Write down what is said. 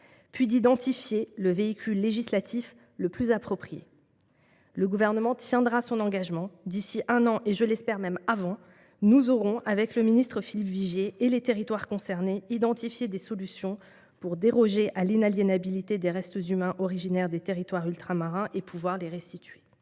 puis d’identifier le véhicule législatif le plus approprié. Le Gouvernement tiendra son engagement : d’ici à un an, et je l’espère même avant, nous aurons, avec le ministre Philippe Vigier et les territoires concernés, identifié des solutions pour déroger à l’inaliénabilité des restes humains originaires des territoires ultramarins et pour pouvoir les restituer.